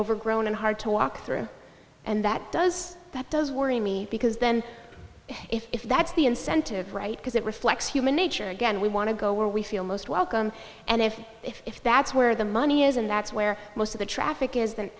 overgrown and hard to walk through and that does that does worry me because then if that's the incentive right because it reflects human nature again we want to go where we feel most welcome and if if that's where the money is and that's where most of the traffic is